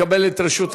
יקבל את רשות,